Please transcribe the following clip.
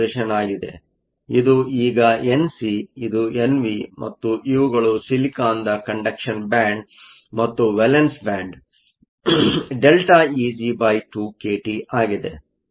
ಆದ್ದರಿಂದ ಇದು ಈಗ ಎನ್ ಸಿ ಇದು ಎನ್ ವಿ ಮತ್ತು ಇವುಗಳು ಸಿಲಿಕಾನ್ದ ಕಂಡಕ್ಷನ್ ಬ್ಯಾಂಡ್ ಮತ್ತು ವೇಲೆನ್ಸ್ ಬ್ಯಾಂಡ್Valence band ΔEg2kT ಆಗಿದೆ